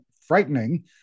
frightening